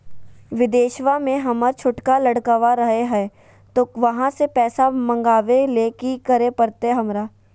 बिदेशवा में हमर छोटका लडकवा रहे हय तो वहाँ से पैसा मगाबे ले कि करे परते हमरा?